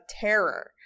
terror